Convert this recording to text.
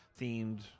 themed